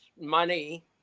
money